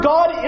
God